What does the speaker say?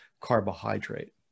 carbohydrate